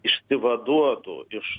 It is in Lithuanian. išsivaduotų iš